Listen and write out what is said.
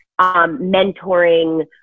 mentoring